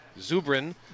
Zubrin